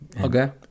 Okay